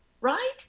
right